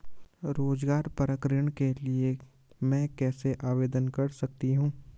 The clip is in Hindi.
रोज़गार परक ऋण के लिए मैं कैसे आवेदन कर सकतीं हूँ?